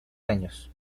años